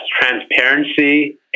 transparency